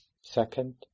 second